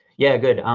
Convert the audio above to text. yeah, good.